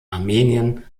armenien